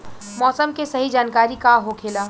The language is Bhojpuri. मौसम के सही जानकारी का होखेला?